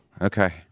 Okay